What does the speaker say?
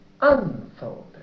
unfolded